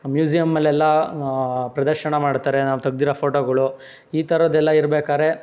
ಮ್ಯೂಸಿಯಮ್ಮಲ್ಲೆಲ್ಲ ಪ್ರದರ್ಶನ ಮಾಡ್ತಾರೆ ನಾವು ತೆಗ್ದಿರೋ ಫೋಟೋಗಳು ಈ ಥರದ್ದೆಲ್ಲ ಇರ್ಬೇಕಾದ್ರೆ